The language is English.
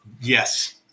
Yes